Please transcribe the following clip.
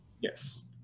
Yes